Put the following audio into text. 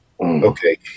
Okay